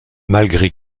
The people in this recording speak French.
malgré